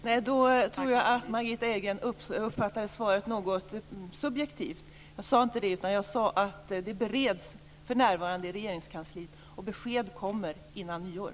Fru talman! Jag tror att Margitta Edgren uppfattar svaret något subjektivt. Jag sade inte så. Jag sade att frågan bereds för närvarande i Regeringskansliet och besked kommer innan nyåret.